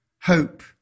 hope